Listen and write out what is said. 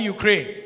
Ukraine